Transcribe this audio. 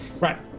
Right